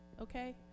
okay